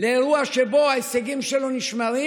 לאירוע שבו ההישגים שלו נשמרים,